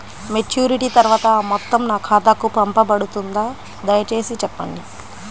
Maturity తర్వాత ఆ మొత్తం నా ఖాతాకు పంపబడుతుందా? దయచేసి చెప్పండి?